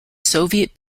soviet